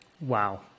Wow